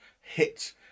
hit